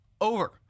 over